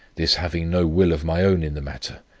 this having no will of my own in the matter,